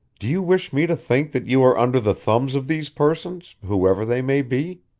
do you wish me to think that you are under the thumbs of these persons, whoever they may be?